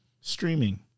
streaming